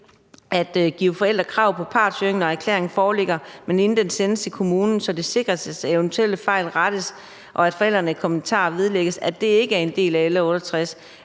at give forældre krav på partshøring, når erklæringen foreligger, men inden den sendes til kommunen, så det sikres, at eventuelle fejl rettes, og at forældrenes kommentarer vedlægges, ikke er en del af L 68